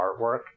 artwork